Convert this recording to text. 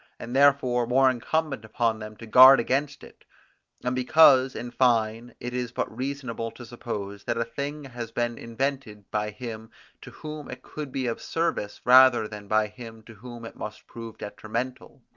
and therefore more incumbent upon them to guard against it and because, in fine, it is but reasonable to suppose, that a thing has been invented by him to whom it could be of service rather than by him to whom it must prove detrimental.